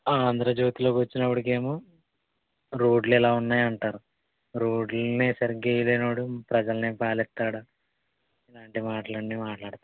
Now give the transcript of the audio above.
ఆంధ్రజ్యోతిలోకి వచ్చినప్పటికి ఏమో రోడ్లు ఎలా ఉన్నాయి అంటారు రోడ్లనే సరిగ్గా వేయలేని వాడు ప్రజల్నేం పాలిస్తాడు ఇలాంటి మాటలన్నీ మాట్లాడుతారు